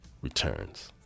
returns